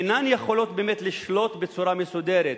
אינן יכולות באמת לשלוט בצורה מסודרת,